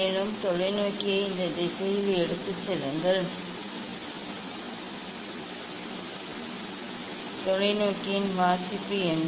மேலும் தொலைநோக்கியை இந்த திசையில் எடுத்துச் செல்லுங்கள் தொலைநோக்கியின் வாசிப்பு என்ன